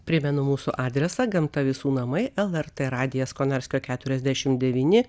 primenu mūsų adresą gamta visų namai lrt radijas konarskio keturiasdešim devyni